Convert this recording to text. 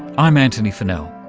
i'm antony funnell.